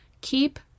keep